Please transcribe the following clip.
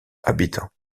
habitants